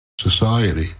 society